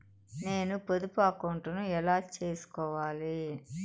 నేను పొదుపు అకౌంటు ను ఎలా సేసుకోవాలి?